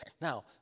Now